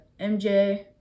MJ